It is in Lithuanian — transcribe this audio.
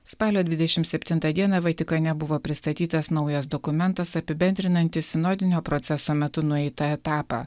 spalio dvidešim septintą dieną vatikane buvo pristatytas naujas dokumentas apibendrinantis sinodinio proceso metu nueitą etapą